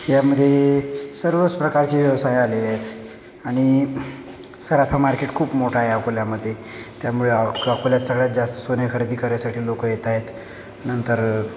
यामध्ये सर्वच प्रकारचे व्यवसाय आले आणि सराफा मार्केट खूप मोठं आहे अकोल्यामध्ये त्यामुळे अकोल्यात सगळ्यात जास्त सोने खरेदी करायसाठी लोकं येत आहेत नंतर